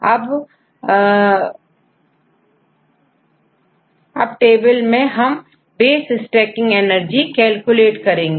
अब टेबल से हमbase stacking energy कैलकुलेट करेंगे